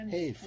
Hey